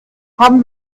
haben